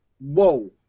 Whoa